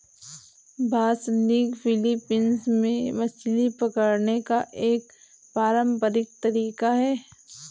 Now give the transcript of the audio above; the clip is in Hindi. बासनिग फिलीपींस में मछली पकड़ने का एक पारंपरिक तरीका है